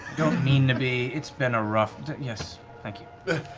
don't mean to be. it's been a rough yes. thank you.